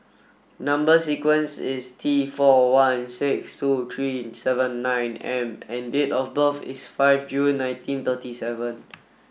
number sequence is T four one six two three seven nine M and date of birth is five June nineteen thirty seven